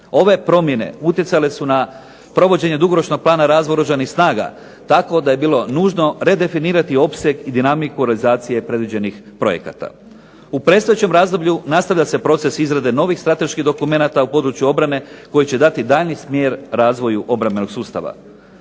Ove promjene utjecale su na provođenje dugoročnog plana razvoja Oružanih snaga, tako da je bilo nužno redefinirati opseg i dinamiku realizacije predviđenih projekata. U predstojećem razdoblju nastavlja se proces izrade novih strateških dokumenata u području obrane koji će dati daljnji smjer razvoju obrambenog sustava.